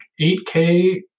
8K